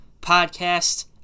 podcast